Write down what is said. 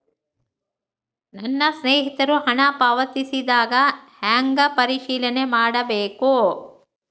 ನನ್ನ ಸ್ನೇಹಿತರು ಹಣ ಪಾವತಿಸಿದಾಗ ಹೆಂಗ ಪರಿಶೇಲನೆ ಮಾಡಬೇಕು?